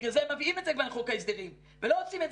בגלל זה הם מביאים את זה כבר לחוק ההסדרים ולא עושים את